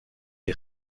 est